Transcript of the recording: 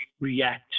react